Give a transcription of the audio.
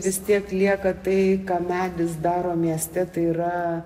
vis tiek lieka tai ką medis daro mieste tai yra